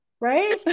Right